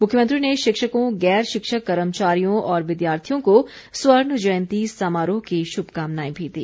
मुख्यमंत्री ने शिक्षकों गैर शिक्षक कर्मचारियों और विद्यार्थियों को स्वर्ण जयंती समारोह की शुभकामनाएं भी दी